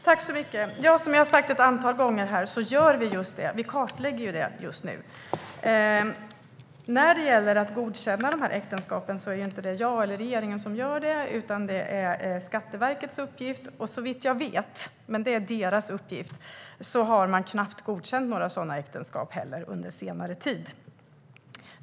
Fru talman! Som jag har sagt ett antal gånger kartlägger vi just nu detta. Det är inte jag eller regeringen som godkänner dessa äktenskap, utan det är Skatteverkets uppgift. Såvitt jag vet har man enligt egen uppgift knappt godkänt några sådana äktenskap under senare tid.